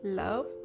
love